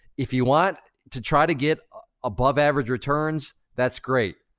if you want to try to get above average returns, that's great.